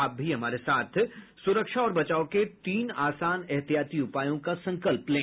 आप भी हमारे साथ सुरक्षा और बचाव के तीन आसान एहतियाती उपायों का संकल्प लें